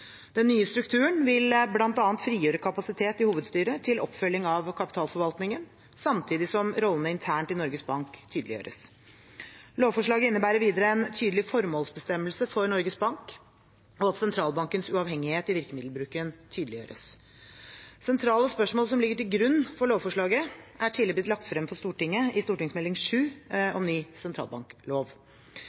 Den nye strukturen vil bl.a. frigjøre kapasitet i hovedstyret til oppfølging av kapitalforvaltningen, samtidig som rollene internt i Norges Bank tydeliggjøres. Lovforslaget innebærer videre en tydelig formålsbestemmelse for Norges Bank og at sentralbankens uavhengighet i virkemiddelbruken tydeliggjøres. Sentrale spørsmål som ligger til grunn for lovforslaget, er tidligere blitt lagt frem for Stortinget i Meld. St. 7 for 2018–2019, Om ny sentralbanklov.